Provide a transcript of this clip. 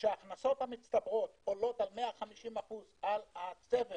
כשההכנסות המצטברות עולות על 150% על הצבר